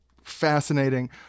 fascinating